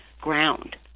ground